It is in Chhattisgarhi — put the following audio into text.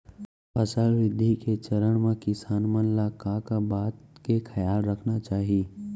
फसल वृद्धि के चरण म किसान मन ला का का बात के खयाल रखना चाही?